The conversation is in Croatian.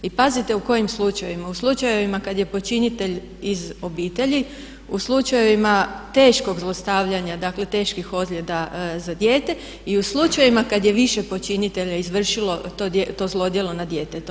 I pazite u kojim slučajevima, u slučajevima kada je počinitelj iz obitelji, u slučajevima teškog zlostavljanja, dakle teških ozljeda za dijete i u slučajevima kada je više počinitelja izvršilo to zlodjelo nad djetetom.